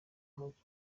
nk’uko